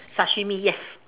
sashimi yes